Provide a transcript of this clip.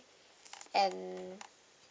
and